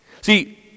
See